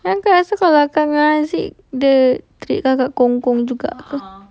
kan kau rasa asyik dia kakak kongkong juga ke